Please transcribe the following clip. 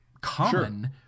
common –